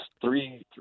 three –